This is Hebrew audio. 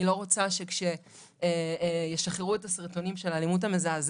אני לא רוצה שכשישחררו את הסרטונים של האלימות המזעזעת